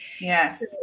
Yes